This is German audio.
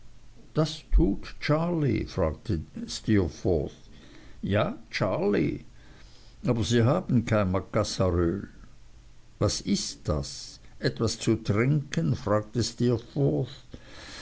das tut charley fragte steerforth ja charley aber sie haben kein macassaröl was ist das etwas zu trinken fragte steerforth